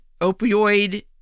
opioid